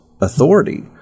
authority